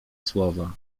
słowa